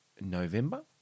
November